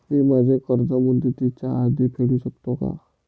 मी माझे कर्ज मुदतीच्या आधी फेडू शकते का?